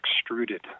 extruded